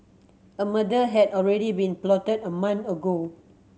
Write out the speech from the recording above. a murder had already been plotted a month ago